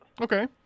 Okay